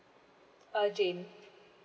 uh jane